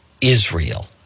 Israel-